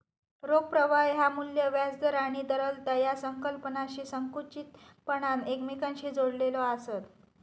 रोख प्रवाह ह्या मू्ल्य, व्याज दर आणि तरलता या संकल्पनांशी संकुचितपणान एकमेकांशी जोडलेला आसत